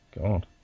God